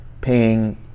paying